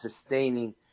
sustaining